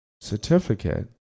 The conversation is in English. certificate